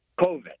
COVID